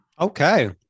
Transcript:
Okay